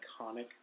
iconic